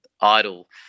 idle